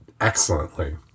excellently